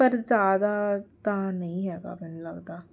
ਪਰ ਜ਼ਿਆਦਾ ਤਾਂ ਨਹੀਂ ਹੈਗਾ ਮੈਨੂੰ ਲੱਗਦਾ